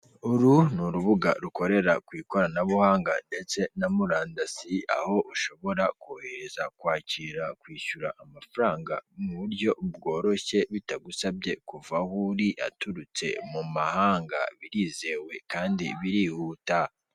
Uru ni urubuga rukorera ku ikoranabuhanga ndetse na murandasi, aho ushobora kohereza, kwakira, kwishyura amafaranga mu buryo bworoshye bitagusabye kuva aho uri, aturutse mu mahanga birizewe kandi birihuta.